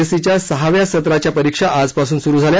एस्सीच्या सहाव्या सत्राच्या परिक्षा आजपासन सरू झाल्या